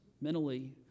mentally